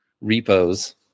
repos